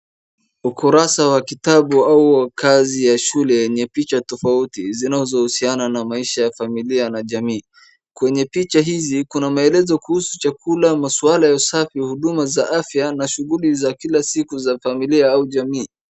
Ukurasa wa kitabu au kazi ya shule yenye picha tofauti zinazohusiana na maisha ya familia na jamii. Kwenye picha hizi kuna maelezo kuhusu chakula, masuala ya usafi, huduma za afya na shughuli za kila siku za familia au jamii.